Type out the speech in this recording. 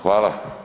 Hvala.